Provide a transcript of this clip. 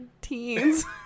teens